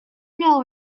know